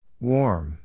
Warm